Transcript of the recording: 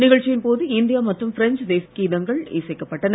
நிகழ்ச்சியின் போது இந்தியா மற்றும் பிரெஞ்ச் தேசிய கீதங்கள் இசைக்கப்பட்டன